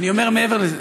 אני אומר מעבר לזה,